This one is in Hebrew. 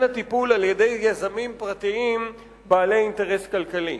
הטיפול על-ידי יזמים פרטיים בעלי אינטרס כלכלי.